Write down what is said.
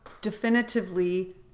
definitively